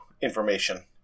information